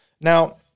Now